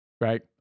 Right